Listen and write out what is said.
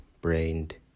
Brained